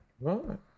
Right